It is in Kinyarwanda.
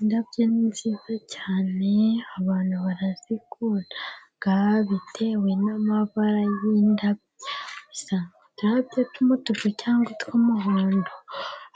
Indabyo ni nziza cyane. Abantu barazikunda, bitewe n'amabara y'indabyo, gusa uturabyo tw'umutuku cyangwa tw'umuhondo,